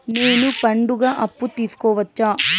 నేను పండుగ అప్పు తీసుకోవచ్చా?